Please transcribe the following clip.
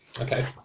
Okay